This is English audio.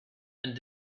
and